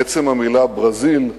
עצם המלה "ברזיל"